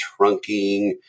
trunking